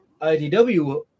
IDW